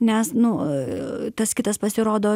nes nu tas kitas pasirodo